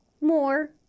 more